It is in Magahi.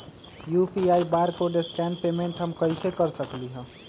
यू.पी.आई बारकोड स्कैन पेमेंट हम कईसे कर सकली ह?